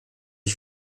ich